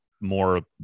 more